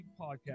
podcast